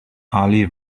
ali